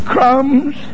Crumbs